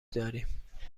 داریم